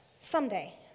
someday